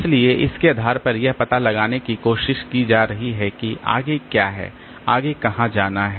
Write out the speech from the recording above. इसलिए इसके आधार पर यह पता लगाने की कोशिश की जा रही है कि आगे क्या है आगे कहां जाना है